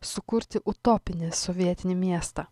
sukurti utopinį sovietinį miestą